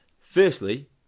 firstly